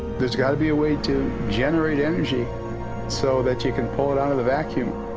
there has got to be a way to generate energy so that you could pull it out of the vacuum.